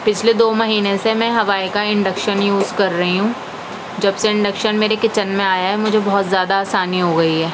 پچھلے دو مہینے سے میں ہوائی کا انڈکشن یُوز کر رہی ہوں جب سے انڈکشن میرے کچن میں آیا ہے مجھے بہت زیادہ آسانی ہو گئی ہے